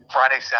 Friday